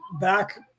back